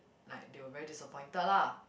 like they were very disappointed lah